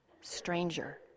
stranger